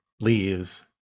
leaves